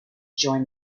join